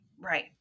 right